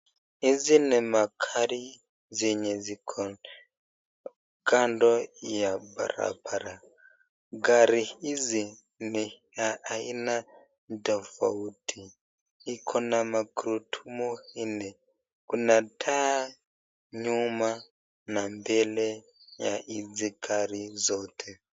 Hizi ni magari zenye ziko kando ya barabara. Gari hizi ni za aina tofauti. Iko na magurudumu nne. Kuna taa nyuma na mbele ya hizi gari zote.